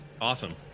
Awesome